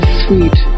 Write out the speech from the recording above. sweet